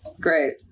Great